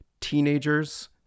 teenagers